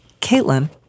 Caitlin